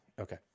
Okay